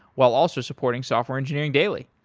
while also supporting software engineering daily.